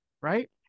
right